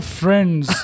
friends